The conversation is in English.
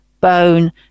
bone